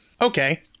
Okay